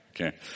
Okay